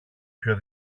πιο